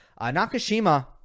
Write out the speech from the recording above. Nakashima